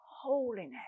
holiness